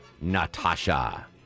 Natasha